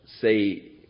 say